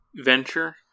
Venture